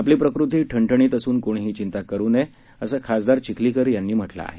आपली प्रकृती ठणठणीत असून कोणती चिंता करू नये असं खासदार चिखलीकर यांनी म्हटलं आहे